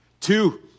Two